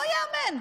לא ייאמן.